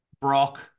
Brock